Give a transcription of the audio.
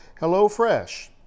hellofresh